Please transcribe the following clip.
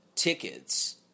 Tickets